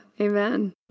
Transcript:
Amen